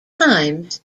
times